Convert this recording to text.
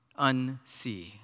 unsee